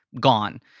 gone